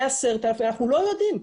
ב-10,000, אנחנו לא יודעים.